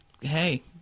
hey